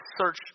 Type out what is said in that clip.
search